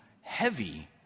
heavy